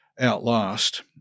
outlast